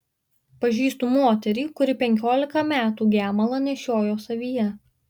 pažįstu moterį kuri penkiolika metų gemalą nešiojo savyje